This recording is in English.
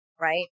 right